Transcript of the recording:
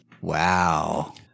wow